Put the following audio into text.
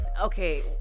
Okay